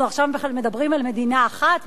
אנחנו עכשיו מדברים על מדינה אחת,